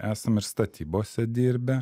esam ir statybose dirbę